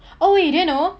oh you didn't know